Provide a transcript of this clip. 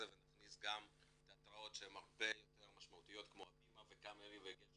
ונכניס גם תיאטראות הרבה יותר משמעותיים כמו הבימה וקאמרי וגשר